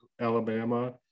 Alabama